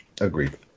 Agreed